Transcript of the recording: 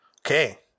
Okay